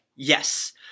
Yes